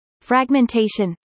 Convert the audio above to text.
Fragmentation